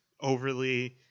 overly